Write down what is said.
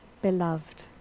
beloved